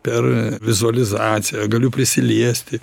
per vizualizaciją galiu prisiliesti